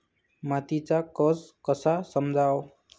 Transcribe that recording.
मातीचा कस कसा समजाव?